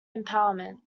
empowerment